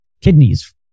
kidneys